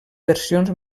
versions